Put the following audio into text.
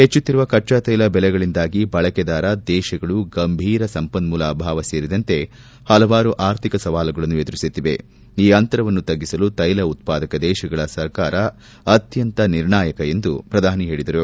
ಹೆಚ್ಚುತ್ತಿರುವ ಕಚ್ಚಾತ್ವೆಲ ದೆಲೆಗಳಂದಾಗಿ ಬಳಕೆದಾರ ದೇಶಗಳು ಗಂಭೀರ ಸಂಪನ್ಮೂಲ ಅಭಾವ ಸೇರಿದಂತೆ ಹಲವಾರು ಅರ್ಥಿಕ ಸವಾಲುಗಳನ್ನು ಎದುರಿಸುತ್ತಿವೆ ಈ ಅಂತರವನ್ನು ತಗ್ಗಿಸಲು ತೈಲ ಉತ್ಪಾದಕ ದೇಶಗಳ ಸಹಕಾರ ಅತ್ಯಂತ ನಿರ್ಣಾಯಕ ಎಂದು ಪ್ರಧಾನಿ ಹೇಳಿದ್ದಾರೆ